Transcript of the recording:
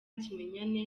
kimenyane